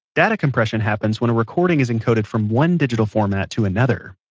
data compression happens when a recording is encoded from one digital format to another,